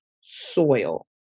soil